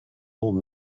old